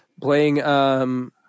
Playing